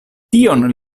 tion